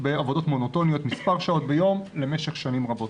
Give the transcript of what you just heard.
בעבודות מונוטוניות כמה שעות ביום למשך שנים רבות.